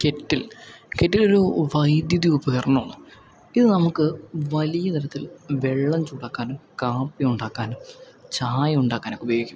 kettle കെറ്റിലൊരു വൈദ്യുതോപകരണമാണ് ഇതു നമക്ക് വലിയ തരത്തിൽ വെള്ളം ചൂടാക്കാനും കാപ്പി ഉണ്ടാക്കാനും ചായ ഉണ്ടാക്കാനൊക്കെ ഉപയോഗിക്കും